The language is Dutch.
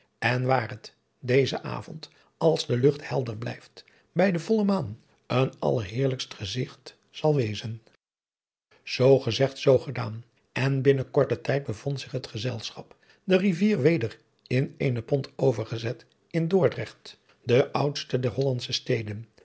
en waar het dezen avond als de lucht helder blijft bij de volle maan een allerheerlijkst gezigt zal wezen adriaan loosjes pzn het leven van hillegonda buisman zoo gezegd zoo gedaan en binnen korten tijd bevond zich het gezelschap de rivier weder in eene pont overgezet in dordrecht de oudste der hollandsche steden